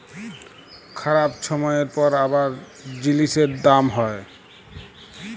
খারাপ ছময়ের পর আবার জিলিসের দাম হ্যয়